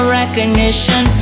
recognition